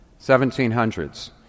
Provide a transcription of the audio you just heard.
1700s